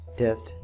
test